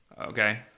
Okay